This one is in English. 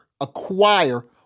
acquire